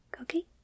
okay